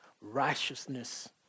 righteousness